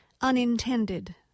unintended